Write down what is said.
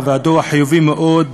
והדוח חיובי מאוד,